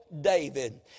David